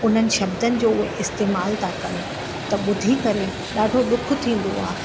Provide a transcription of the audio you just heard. उन्हनि शब्दनि जो उहे इस्तेमाल था कनि त ॿुधी करे ॾाढो ॾुखु थींदो आहे